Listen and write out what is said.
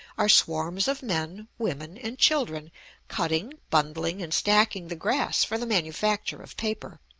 are swarms of men, women, and children cutting, bundling, and stacking the grass for the manufacture of paper.